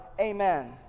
Amen